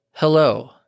Hello